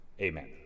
Amen